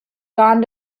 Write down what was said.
gone